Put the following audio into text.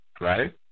Right